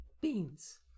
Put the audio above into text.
beans